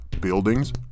buildings